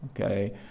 okay